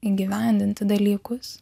įgyvendinti dalykus